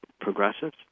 progressives